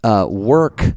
work